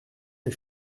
les